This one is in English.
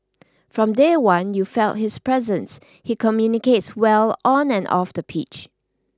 from day one you felt his presence he communicates well on and off the pitch